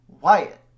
Wyatt